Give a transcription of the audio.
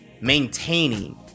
maintaining